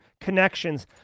connections